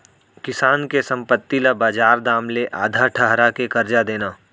किसान के संपत्ति ल बजार दाम ले आधा ठहरा के करजा देना